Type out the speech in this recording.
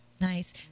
Nice